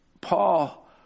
Paul